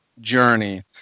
journey